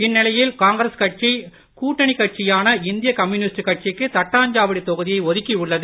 இந்நிலையில் காங்கிரஸ் கட்சி கூட்டணி கட்சியான இந்திய கம்யூனிஸ்ட் கட்சிக்கு தட்டாஞ்சாவடி தொகுதியை ஒதுக்கி உள்ளது